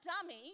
dummy